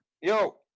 yo